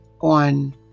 on